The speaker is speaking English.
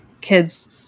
Kids